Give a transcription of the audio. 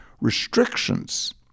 restrictions